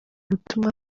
butumwa